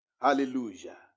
Hallelujah